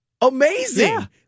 amazing